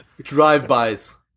Drive-bys